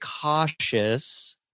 cautious